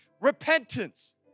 Repentance